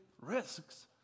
risks